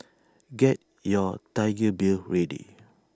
get your Tiger beer ready